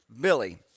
Billy